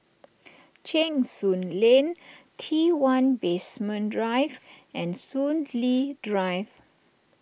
Cheng Soon Lane T one Basement Drive and Soon Lee Drive